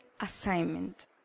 assignment